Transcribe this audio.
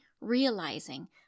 realizing